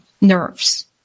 nerves